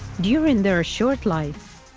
during their short life,